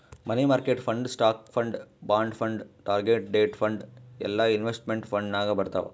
money market fund, stock fund, bond fund, target date fund ಎಲ್ಲಾ investment fund ನಾಗ್ ಬರ್ತಾವ್